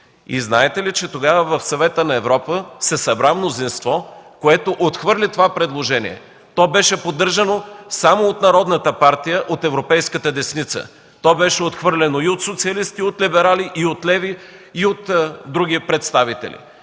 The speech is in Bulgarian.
Знаете ли, че тогава в Съвета на Европа се събра мнозинство, което отхвърли това предложение. То беше поддържано само от Народната партия, от Европейската десница, беше отхвърлено и от социалисти, и от либерали, и от леви, и от други представители.